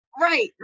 Right